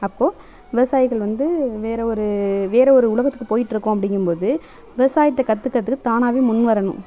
அப்போது விவசாயிகள் வந்து வேறே ஒரு வேறே ஒரு உலகத்துக்கு போயிட்டு இருக்கோம் அப்படிங்கம்போது விவசாயத்தை கற்றுக்குறதுக்கு தானாகவே முன் வரணும்